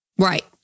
Right